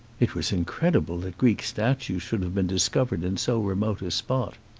it was incredible that greek statues should have been discovered in so remote a spot.